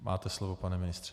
Máte slovo, pane ministře.